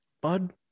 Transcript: bud